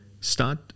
start